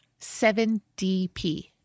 7DP